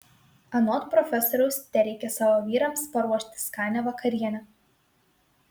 anot profesoriaus tereikia savo vyrams paruošti skanią vakarienę